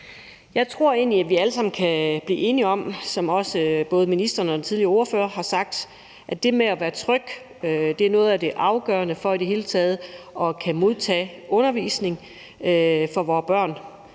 Jeg tror egentlig, vi alle sammen kan blive enige om, som også både ministeren og den tidligere ordfører har sagt det, at det med at være tryg er noget af det afgørende for i det hele taget at kunne modtage undervisning for vore børn,